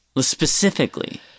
Specifically